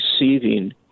receiving